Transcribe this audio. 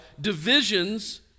divisions